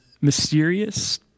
mysterious